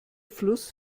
fluss